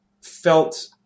felt